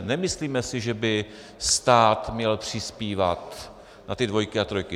Nemyslíme si, že by stát měl přispívat na dvojky a trojky.